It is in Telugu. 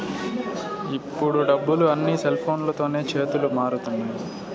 ఇప్పుడు డబ్బులు అన్నీ సెల్ఫోన్లతోనే చేతులు మారుతున్నాయి